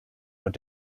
were